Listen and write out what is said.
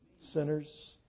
sinners